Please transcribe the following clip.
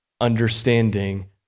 understanding